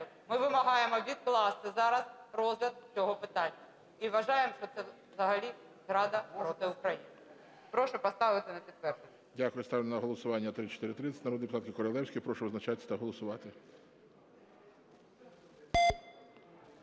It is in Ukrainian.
ми вимагаємо відкласти зараз розгляд цього питання, і вважаємо, що це взагалі зрада проти України. Прошу поставити на підтвердження. ГОЛОВУЮЧИЙ. Дякую. Ставлю на голосування 3430 народної депутатки Королевської. Прошу визначатися та голосувати.